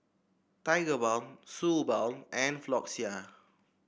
Tigerbalm Suu Balm and Floxia